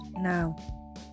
now